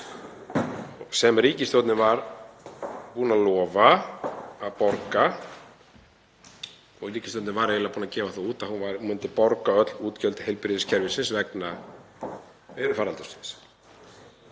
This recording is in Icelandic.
sem ríkisstjórnin var búin að lofa að borga? Ríkisstjórnin var eiginlega búin að gefa það út að hún myndi borga öll útgjöld heilbrigðiskerfisins vegna veirufaraldursins.